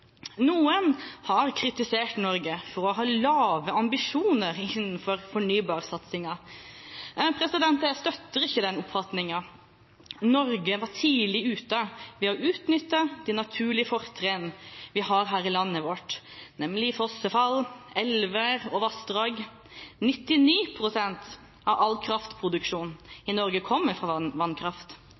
Noen har kritisert Norge for å ha lave ambisjoner innenfor fornybarsatsingen. Men jeg støtter ikke den oppfatningen. Norge var tidlig ute med å utnytte de naturlige fortrinn vi har her i landet vårt, nemlig fossefall, elver og vassdrag. 99 pst. av all kraftproduksjon i Norge kommer fra vannkraft.